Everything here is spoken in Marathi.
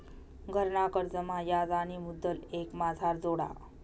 घरना कर्जमा याज आणि मुदल एकमाझार जोडा